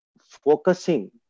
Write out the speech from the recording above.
focusing